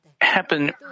happen